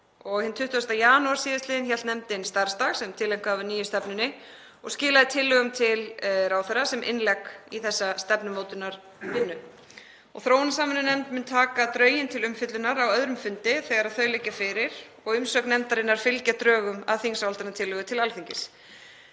Hinn 20. janúar sl. hélt nefndin starfsdag sem tileinkaður var nýju stefnunni og skilaði tillögum til ráðherra sem innlegg í þessa stefnumótunarvinnu. Þróunarsamvinnunefnd mun taka drögin til umfjöllunar á öðrum fundi þegar þau liggja fyrir og umsögn nefndarinnar fylgja drögum að þingsályktunartillögu til Alþingis.